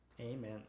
Amen